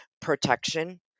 protection